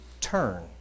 turn